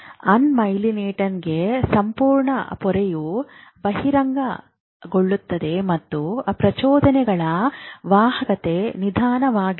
ಅನ್ಮೈಲೀನೇಟೆಡ್ನಲ್ಲಿ ಸಂಪೂರ್ಣ ಪೊರೆಯು ಬಹಿರಂಗಗೊಳ್ಳುತ್ತದೆ ಮತ್ತು ಪ್ರಚೋದನೆಗಳ ವಾಹಕತೆ ನಿಧಾನವಾಗಿರುತ್ತದೆ